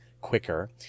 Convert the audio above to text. quicker